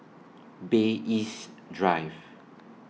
Bay East Drive